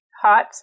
Hot